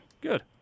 Good